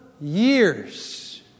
years